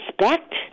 respect